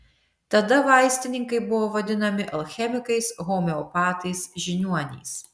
tada vaistininkai buvo vadinami alchemikais homeopatais žiniuoniais